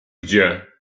gdzie